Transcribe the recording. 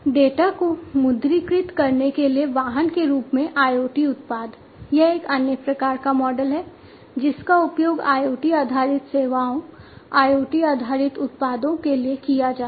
data को मुद्रीकृत करने के लिए वाहन के रूप में IoT उत्पाद यह एक अन्य प्रकार का मॉडल है जिसका उपयोग IoT आधारित सेवाओं IoT आधारित उत्पादों के लिए किया जाता है